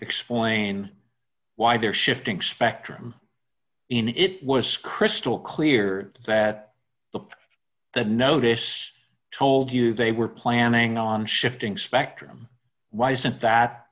explain why they're shifting spectrum in it was crystal clear that the notice told you they were planning on shifting spectrum why isn't that